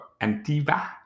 Antiva